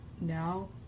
now